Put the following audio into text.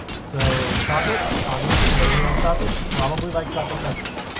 so chocolate, obviously people who like chocolate probably like chocolate pretzels.